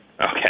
Okay